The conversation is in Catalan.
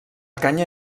canya